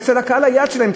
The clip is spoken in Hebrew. אצל קהל היעד שלהם,